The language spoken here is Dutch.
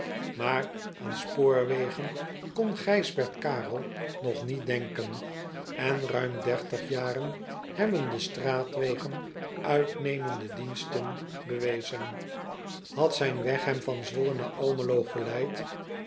aar aan spoorwegen kon ijsbert arel nog niet denken en ruim dertig jaren hebben de straatwegen uitnemende diensten bewezen ad zijn weg hem van wolle naar lmelo geleid